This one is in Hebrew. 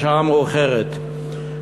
השעה מאוחרת,